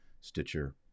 Stitcher